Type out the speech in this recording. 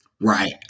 Right